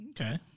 okay